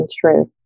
truth